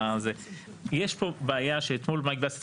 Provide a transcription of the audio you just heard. יש פה בעיה שאתמול דיברו עליה,